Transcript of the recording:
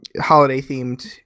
holiday-themed